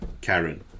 Karen